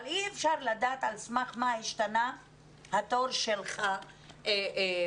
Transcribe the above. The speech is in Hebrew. אי אפשר לדעת על סמך מה השתנה התור שלך בשיבוץ.